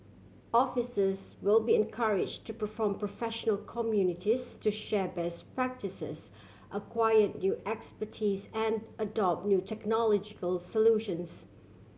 officers will be encourage to perform professional communities to share best practices acquire new expertise and adopt new technological solutions